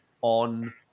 on